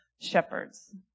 shepherds